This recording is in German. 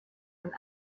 von